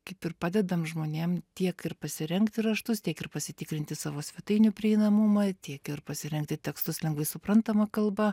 kaip ir padedam žmonėm tiek ir pasirengti raštus tiek ir pasitikrinti savo svetainių prieinamumą tiek ir pasirengti tekstus lengvai suprantama kalba